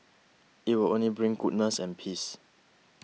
it will only bring goodness and peace